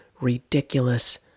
ridiculous